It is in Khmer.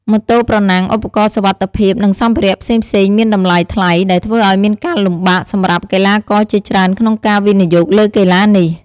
ម៉ូតូប្រណាំង ឧបករណ៍សុវត្ថិភាព និងសម្ភារៈផ្សេងៗមានតម្លៃថ្លៃ ដែលធ្វើឱ្យមានការលំបាកសម្រាប់កីឡាករជាច្រើនក្នុងការវិនិយោគលើកីឡានេះ។